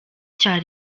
cya